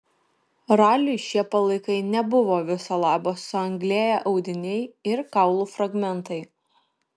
raliui šie palaikai nebuvo viso labo suanglėję audiniai ir kaulų fragmentai